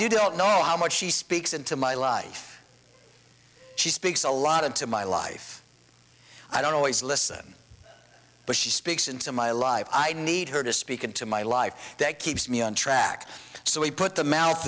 you don't know how much she speaks into my life she speaks a lot into my life i don't always listen but she speaks into my life i need her to speak into my life that keeps me on track so we put the mout